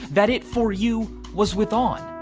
that, it, for, you, was, with, on,